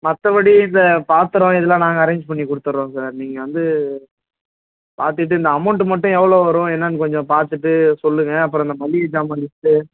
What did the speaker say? மற்றபடி இந்த பாத்திரம் எல்லாம் நாங்கள் அரேஞ்ச் பண்ணி கொடுத்தர்றோம் சார் நீங்கள் வந்து பார்த்துட்டு இந்த அமௌன்ட் மட்டும் எவ்வளோ வரும் என்னன்னு கொஞ்சம் பார்த்துட்டு சொல்லுங்கள் அப்புறம் இந்த மளிகை ஜாமான் லிஸ்ட்டு